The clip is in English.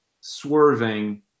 swerving